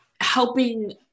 helping